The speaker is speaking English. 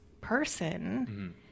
person